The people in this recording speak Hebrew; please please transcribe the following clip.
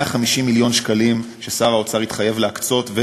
150 מיליון שקלים ששר האוצר התחייב להקצות,